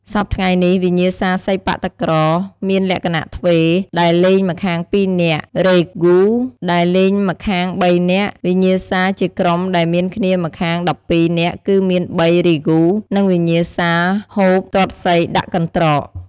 សព្វថ្ងៃនេះវិញ្ញាសាសីប៉ាក់តាក្រ មានលក្ខណៈទ្វេ ដែលលេងម្ខាង ២ នាក់ រីហ្គូ (Regu) ដែលលេងម្ខាង៣នាក់ វិញ្ញាសាជាក្រុម ដែលមានគ្នាម្ខាង១២នាក់គឺមាន ៣ រីហ្គូ (Regu) និងវិញ្ញាសា ហ៊ូប (Hoop) ទាត់សីដាក់កន្ត្រក ។